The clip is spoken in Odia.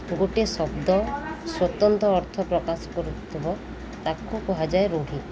ଗୋଟେ ଶବ୍ଦ ସ୍ୱତନ୍ତ୍ର ଅର୍ଥ ପ୍ରକାଶ କରୁଥିବ ତାହାକୁ କୁହାଯାଏ ରୂଢି